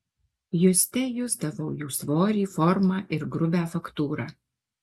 juste jusdavau jų svorį formą ir grubią faktūrą